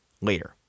later